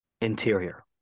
Interior